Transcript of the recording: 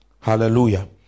Hallelujah